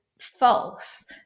false